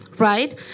Right